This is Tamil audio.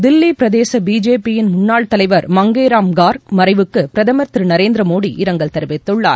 தில்வி பிரதேச பிஜேபியின் முன்னாள் தலைவர் மங்கேராம் கார்க் மறைவுக்கு பிரதமர் திரு நரேந்திரமோடி இரங்கல் தெரிவித்துள்ளார்